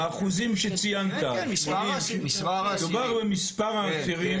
האחוזים שציינת, מדובר במספר האסירים?